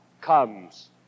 comes